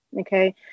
Okay